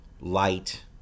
light